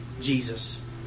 Jesus